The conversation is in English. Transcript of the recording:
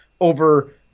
over